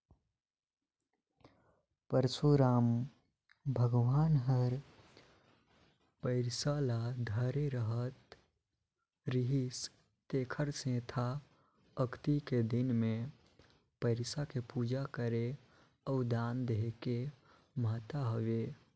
परसुराम भगवान हर फइरसा ल धरे रहत रिहिस तेखर सेंथा अक्ती के दिन मे फइरसा के पूजा करे अउ दान देहे के महत्ता हवे